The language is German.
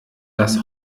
das